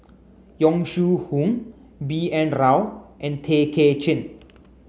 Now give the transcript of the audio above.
Yong Shu Hoong B N Rao and Tay Kay Chin